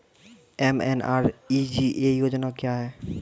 MNREGA योजना क्या हैं?